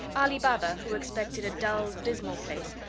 ali baba, who expected a dull, dismal place,